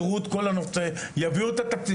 לפתור את כל הנושא ולהביא את התקציבים.